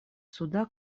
суда